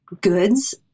goods